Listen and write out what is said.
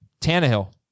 Tannehill